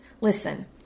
Listen